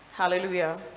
Hallelujah